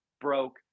broke